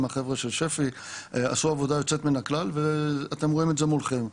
החבר'ה של שפי עשו עבודה יוצאת מן הכלל ואתם רואים את זה מולכם.